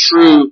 true